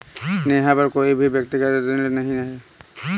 नेहा पर कोई भी व्यक्तिक ऋण नहीं है